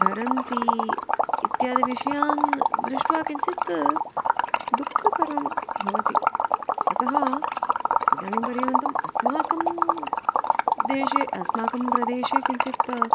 धरन्ति इत्यादि विषयान् दृष्ट्वा किञ्चित् दुःखकरं भवति अतः इदानीं पर्यन्तम् अस्माकं देशे अस्माकं प्रदेशे किञ्चित्